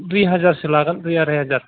दुई हाजारसो लागोन दुइ आराइ हाजारसो